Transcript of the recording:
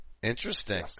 Interesting